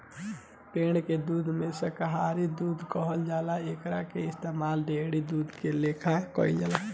पेड़ के दूध के शाकाहारी दूध कहल जाला एकरा के इस्तमाल डेयरी दूध के लेखा कईल जाला